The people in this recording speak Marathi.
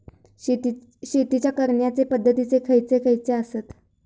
शेतीच्या करण्याचे पध्दती खैचे खैचे आसत?